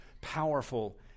powerful